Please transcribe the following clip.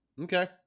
Okay